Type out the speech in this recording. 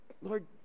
Lord